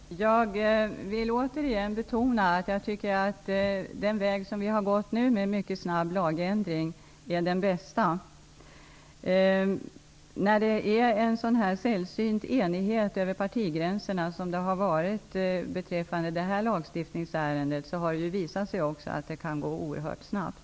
Herr talman! Jag vill återigen betona att jag tycker att den väg som vi nu har valt, dvs. en mycket snabb lagändring, är den bästa. När det råder en så här sällsynt enighet över partigränserna, som det har gjort beträffande det här lagstiftningsärendet, har det också visat sig att förändringar kan göras oerhört snabbt.